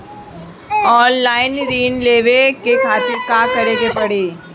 Online ऋण लेवे के खातिर का करे के पड़ी?